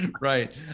right